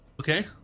okay